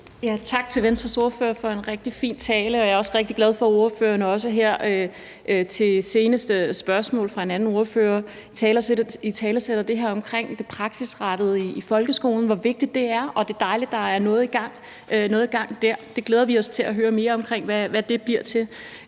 Tak til Venstres ordfører for en rigtig fin tale. Og jeg er rigtig glad for, at ordføreren også her ved seneste spørgsmål fra en anden ordfører italesætter det her omkring det praksisrettede i folkeskolen, og hvor vigtigt det er, og det er dejligt, at der er noget i gang der. Det glæder vi os til at høre mere om, altså hvad det bliver til.